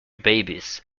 babies